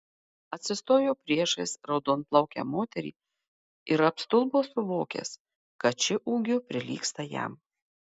atsistojo priešais raudonplaukę moterį ir apstulbo suvokęs kad ši ūgiu prilygsta jam